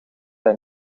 hij